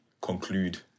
conclude